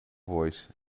voice